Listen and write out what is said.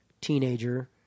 teenager